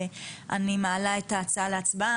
אני מעלה את ההצעה להצבעה.